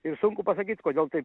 ir sunku pasakyti kodėl taip